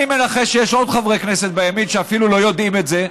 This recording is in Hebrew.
אני מנחש שיש עוד חברי כנסת בימין שאפילו לא יודעים את זה,